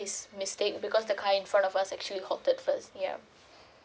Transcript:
his mistake because the guy in front of us actually halted first yeah